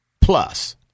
plus